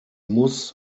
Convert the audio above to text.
muss